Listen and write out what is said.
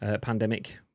pandemic